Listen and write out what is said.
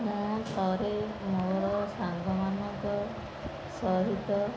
ମୁଁ ଥରେ ମୋର ସାଙ୍ଗମାନଙ୍କ ସହିତ